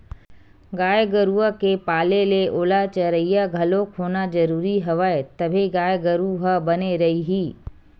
गाय गरुवा के पाले ले ओला चरइया घलोक होना जरुरी हवय तभे गाय गरु ह बने रइही